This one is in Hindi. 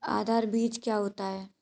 आधार बीज क्या होता है?